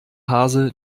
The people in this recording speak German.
hase